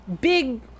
big